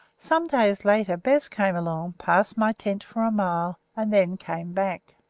some days later bez came along, passed my tent for a mile, and then came back.